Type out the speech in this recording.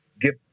give